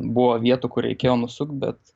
buvo vietų kur reikėjo nusukt bet